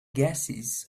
gases